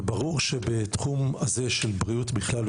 ברור שבתחום הזה של בריאות בכלל,